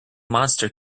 monster